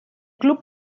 club